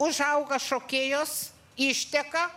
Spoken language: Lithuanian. užauga šokėjos išteka